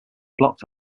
blocked